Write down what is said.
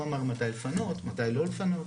הוא אמר מתי לפנות, מתי לא לפנות.